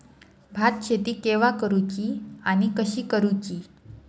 भात शेती केवा करूची आणि कशी करुची?